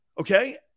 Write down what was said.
okay